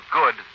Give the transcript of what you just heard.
good